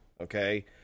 okay